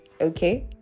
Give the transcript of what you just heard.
okay